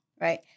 Right